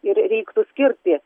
ir reiktų skirti